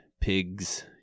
pigs